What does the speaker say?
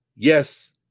Yes